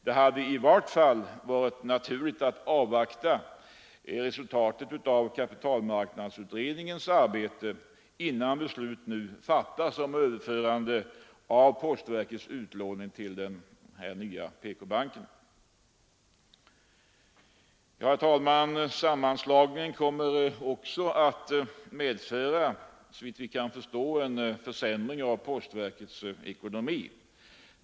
Det hade i vart fall varit naturligt att avvakta resultatet av kapitalmarknadsutredningens arbete innan beslut fattades om överförande av postverkets utlåning till den nya PK-banken. Herr talman! Sammanslagningen kommer också att medföra en försämring av postverkets ekonomi.